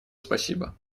спасибо